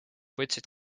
võtsid